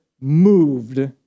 moved